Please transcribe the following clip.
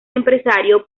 empresario